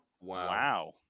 Wow